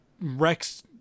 rex